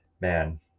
man